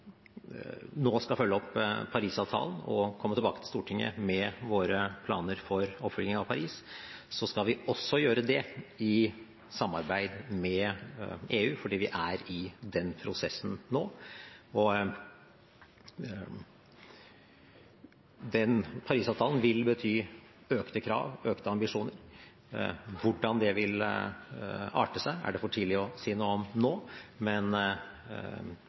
nå skal følge opp Paris-avtalen og komme tilbake til Stortinget med våre planer for oppfølging av den, så skal vi også gjøre det i samarbeid med EU fordi vi er i den prosessen nå. Paris-avtalen vil bety økte krav, økte ambisjoner. Hvordan det vil arte seg, er det for tidlig å si noe om nå.